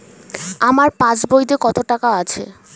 আমার পাস বইতে কত টাকা আছে?